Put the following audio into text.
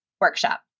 workshop